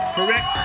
Correct